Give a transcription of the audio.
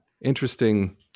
interesting